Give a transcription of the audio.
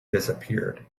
disappeared